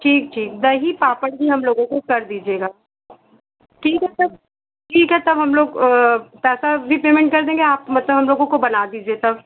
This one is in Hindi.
ठीक ठीक दही पापड़ भी हम लोगों को कर दीजिएगा ठीक है तब ठीक है तब हम लोग पैसा भी पेमेंट कर देंगे आप मतलब हम लोगों को बना दीजिए तब